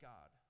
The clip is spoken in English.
God